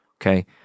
Okay